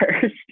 first